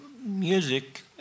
Music